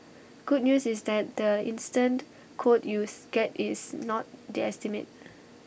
good news is that the instant quote you get is not the estimate